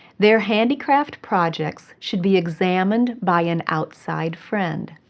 their handicraft projects should be examined by an outside friend.